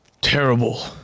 terrible